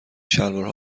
شلوارها